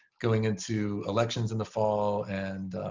going into elections in the fall. and